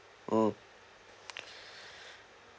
mm